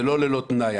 זה לא ללא תנאי.